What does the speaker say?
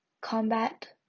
combat